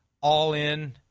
all-in